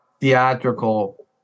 theatrical